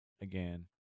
again